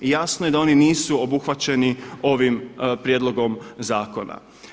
I jasno je da oni nisu obuhvaćeni ovim prijedlogom zakona.